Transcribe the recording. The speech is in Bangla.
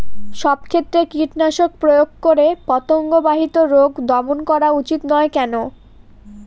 সব ক্ষেত্রে কীটনাশক প্রয়োগ করে পতঙ্গ বাহিত রোগ দমন করা উচিৎ নয় কেন?